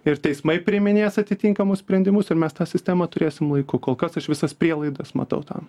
ir teismai priiminės atitinkamus sprendimus ir mes tą sistemą turėsim laiku kol kas aš visas prielaidas matau tam